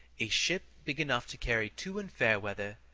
a ship big enough to carry two in fair weather,